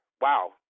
wow